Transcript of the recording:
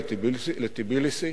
לטביליסי,